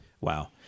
Wow